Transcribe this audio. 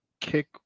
kick